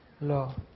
law